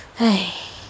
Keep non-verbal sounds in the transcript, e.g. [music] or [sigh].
[noise]